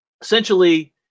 essentially